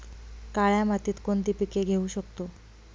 काळ्या मातीत कोणती पिके घेऊ शकतो?